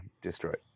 destroyed